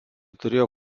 turėjo